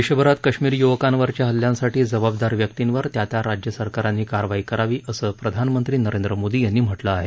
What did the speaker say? देशभरात काश्मिरी युवकांवरच्या हल्ल्यांसाठी जबाबदार व्यक्तींवर त्या त्या राज्य सरकारांनी कारवाई करावी असं प्रधानमंत्री नरेंद्र मोदी यांनी म्हटलं आहे